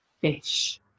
fish